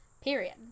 period